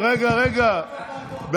התשפ"א 2021 לוועדת החוקה,